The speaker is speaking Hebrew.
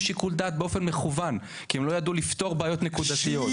שיקול דעת באופן מכוון כי הם לא ידעו לפתור בעיות נקודתיות,